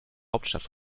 hauptstadt